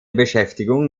beschäftigung